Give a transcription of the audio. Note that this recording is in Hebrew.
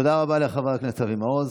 תודה רבה לחבר הכנסת אבי מעוז.